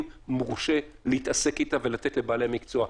מורשה להתעסק איתה ולתת לבעלי המקצוע.